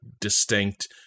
distinct